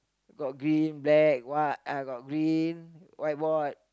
got green black white and got green whiteboard